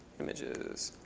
images.